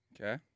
Okay